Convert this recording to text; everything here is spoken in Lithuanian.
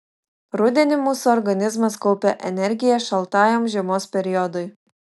rudenį mūsų organizmas kaupia energiją šaltajam žiemos periodui